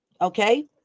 okay